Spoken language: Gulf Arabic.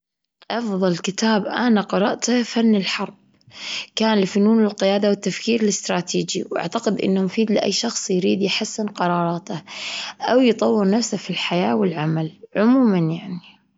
أفظل كتاب أنا قرأته فن الحرب كان لفنون القيادة والتفكير الاستراتيجي، وأعتقد أنه مفيد لأي شخص يريد يحسن قراراته أو يطور نفسه في الحياة والعمل، عموما يعني.